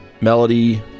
melody